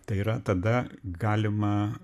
tai yra tada galima